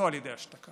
לא על ידי השתקה.